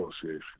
Association